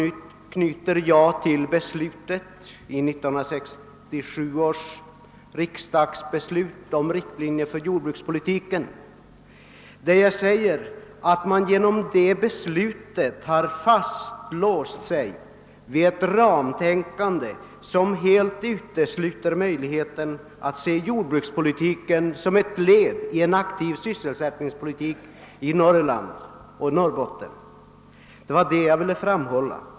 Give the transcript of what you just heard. Vidare anknyter jag till 1967 års riksdagsbeslut om riktlinjer för jordbrukspolitiken och säger, att man genom det beslutet har låst sig vid ett ramtänkande, som helt utesluter möjligheten att se jordbrukspolitiken som ett led i en aktiv sysselsättningspolitik i Norrbotten och Norrland i övrigt. Det var det jag ville framhålla.